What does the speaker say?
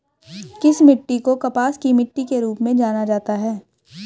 किस मिट्टी को कपास की मिट्टी के रूप में जाना जाता है?